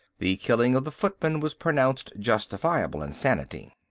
the killing of the footman was pronounced justifiable insanity.